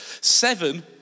Seven